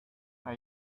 are